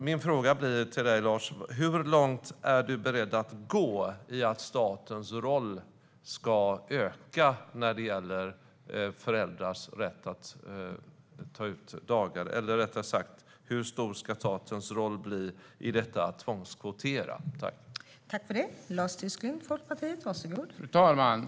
Min fråga till Lars Tysklind är: Hur långt är du beredd att gå i att statens roll ska öka när det gäller föräldrars rätt att ta ut dagar, eller rättare sagt, hur stor ska statens roll i att tvångskvotera bli?